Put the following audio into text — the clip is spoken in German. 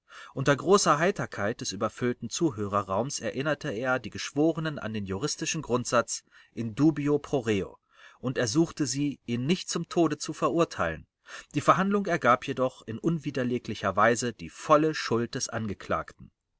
unter großer heiterkeit des überfüllten zuhörerraums erinnerte er die geschworenen an den juristischen grundsatz in dubio proreo und ersuchte sie ihn nicht zum tode zu verurteilen die verhandlung ergab jedoch in unwiderleglicher weise die volle schuld des angeklagten